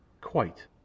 Quite